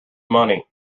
money